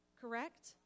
correct